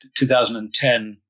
2010